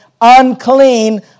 unclean